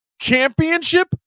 championship